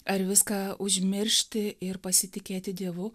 ar viską užmiršti ir pasitikėti dievu